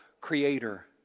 Creator